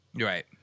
Right